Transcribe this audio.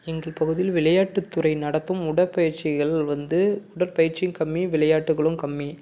எங்கள் பகுதியில் விளையாட்டு துறை நடத்தும் உடற்பயிற்சிகள் வந்து உடற்பயிற்சியும் கம்மி விளையாட்டுகளும் கம்மி